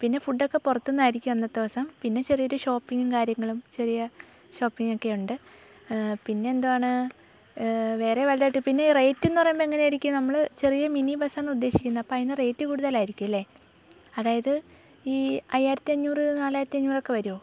പിന്നെ ഫുഡ് ഒക്കെ പുറത്തുനിന്നായിരിക്കും അന്നത്തെ ദിവസം പിന്നെ ചെറിയൊരു ഷോപ്പിങ്ങും കാര്യങ്ങളും ചെറിയ ഷോപ്പിങ്ങ് ഒക്കെ ഉണ്ട് പിന്നെന്തുവാണ് വേറെ വലുതായിട്ട് പിന്നെ റേറ്റ് എന്ന് പറയുമ്പോൾ എങ്ങനെയായിരിക്കും നമ്മൾ ചെറിയ മിനി ബസ് ആണ് ഉദ്ദേശിക്കുന്നത് അപ്പം അതിന് റേറ്റ് കൂടുതലാരിക്കും അല്ലേ അതായത് ഈ അയ്യായിരത്തിയഞ്ഞൂറ് നാലായിരത്തിയഞ്ഞൂറ് ഒക്കെ വരുമോ